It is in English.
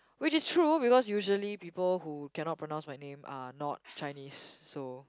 which is true because usually people who cannot pronounce my name are not Chinese so